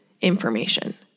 information